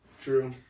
True